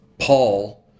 Paul